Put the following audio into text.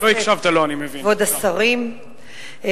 כבוד השרים,